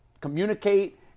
communicate